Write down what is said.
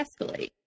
escalate